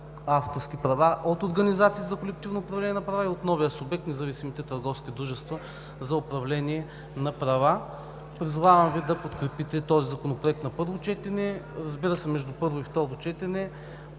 от организации за колективно управление на права и от новия субект – независимите търговски дружества за управление на права. Призовавам Ви да подкрепите този законопроект на първо четене. Разбира се, между първо и второ четене